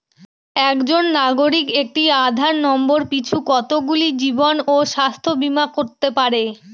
একজন নাগরিক একটি আধার নম্বর পিছু কতগুলি জীবন ও স্বাস্থ্য বীমা করতে পারে?